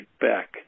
back